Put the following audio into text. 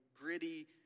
gritty